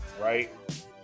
right